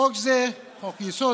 חוק-יסוד: